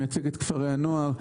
מייצג את כפרי הנוער.